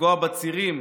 לפגוע בצירים,